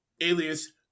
alias